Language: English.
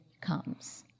comes